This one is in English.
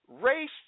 race